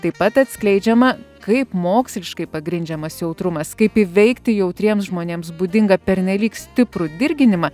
taip pat atskleidžiama kaip moksliškai pagrindžiamas jautrumas kaip įveikti jautriems žmonėms būdingą pernelyg stiprų dirginimą